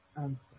answer